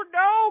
no